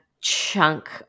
chunk